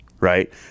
Right